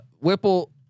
Whipple